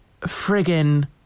friggin